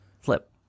Flip